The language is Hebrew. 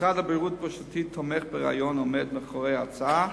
משרד הבריאות בראשותי תומך ברעיון העומד מאחורי ההצעה,